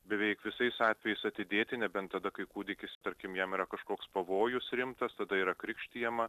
beveik visais atvejais atidėti nebent tada kai kūdikis tarkim jam yra kažkoks pavojus rimtas tada yra krikštijama